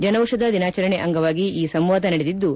ಜನೌಷಧ ದಿನಾಚರಣೆ ಅಂಗವಾಗಿ ಈ ಸಂವಾದ ನಡೆದಿದ್ದು